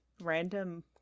random